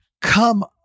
come